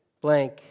blank